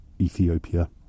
Ethiopia